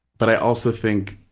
but i also think,